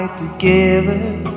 together